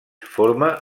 forma